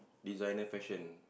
designer fashion